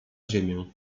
ziemię